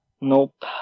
nope